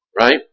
right